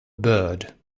bird